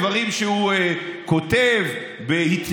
מה לעשות.